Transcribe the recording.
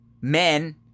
Men